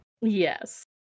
Yes